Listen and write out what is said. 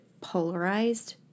polarized